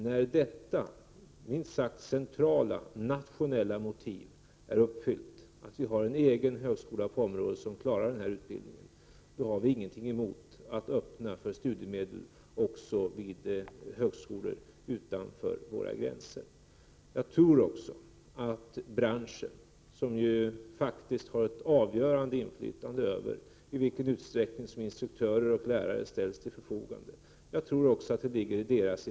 När detta minst sagt centrala nationella motiv är uppfyllt, dvs. att vi har en egen högskola på området som klarar denna utbildning, har vi inget emot att öppna för studiemedel också vid högskolor utanför våra gränser. Jag tror också att det ligger i linje med intresset inom branschen, som ju faktiskt har ett avgörande inflytande över i vilken utsträckning som instruktörer och lärare ställs till förfogande, att slå vakt om den svenska utbildningen i Ljungbyhed.